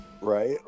right